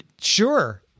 sure